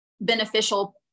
beneficial